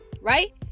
right